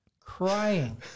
Crying